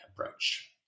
approach